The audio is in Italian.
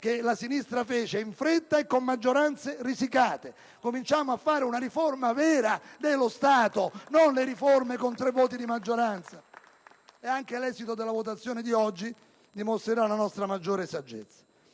che la sinistra fece in fretta e con maggioranze risicate. Cominciamo a fare una riforma vera dello Stato, non le riforme con tre voti di maggioranza. *(Applausi dal Gruppo PdL).* Anche l'esito della votazione di oggi dimostrerà la nostra maggiore saggezza.